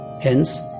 Hence